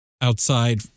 outside